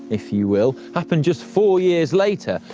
if you will, happened just four years later,